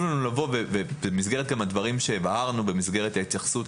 ובמסגרת הדברים שהבהרנו במסגרת ההתייחסות